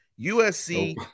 USC